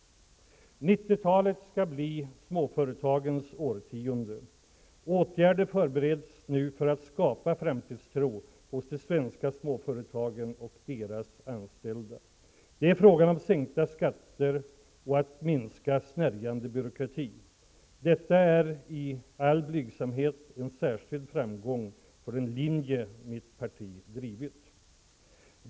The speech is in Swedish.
90-talet skall bli småföretagens årtionde. Åtgärder förbereds nu för att skapa framtidstro hos de svenska småföretagen och deras anställda. Det är fråga om att sänka skatter och att minska snärjande byråkrati. Detta är, i all blygsamhet, en särskild framgång för den linje som mitt parti drivit.